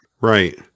right